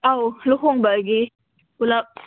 ꯑꯥꯎ ꯂꯨꯍꯣꯡꯕꯒꯤ ꯄꯨꯂꯞ